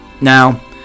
Now